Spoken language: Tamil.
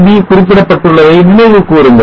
sub குறிப்பிடப் பட்டுள்ளதை நினைவு கூறுங்கள்